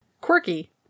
quirky